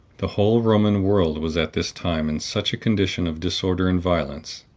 the whole roman world was at this time in such a condition of disorder and violence,